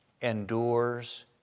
endures